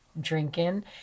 drinking